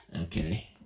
Okay